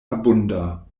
abunda